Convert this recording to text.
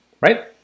right